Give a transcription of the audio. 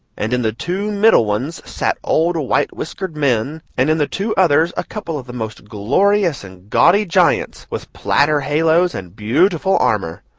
and in the two middle ones sat old white-whiskered men, and in the two others a couple of the most glorious and gaudy giants, with platter halos and beautiful armor.